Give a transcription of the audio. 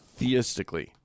theistically